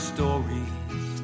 Stories